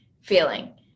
feeling